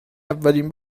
اولین